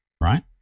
right